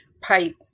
pipe